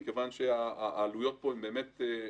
מכיוון שהעלויות פה הן אחרות.